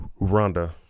Rhonda